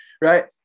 Right